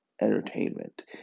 entertainment